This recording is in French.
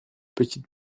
petites